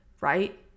right